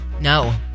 no